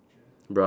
brown